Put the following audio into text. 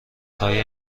خواهی